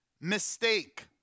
mistake